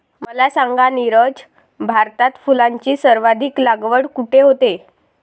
मला सांगा नीरज, भारतात फुलांची सर्वाधिक लागवड कुठे होते?